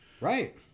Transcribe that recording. right